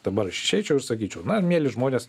dabar aš išeičiau ir sakyčiau na mieli žmonės